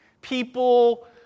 People